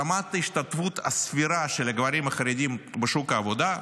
ברמת ההשתתפות הסבירה של הגברים החרדים בשוק העבודה,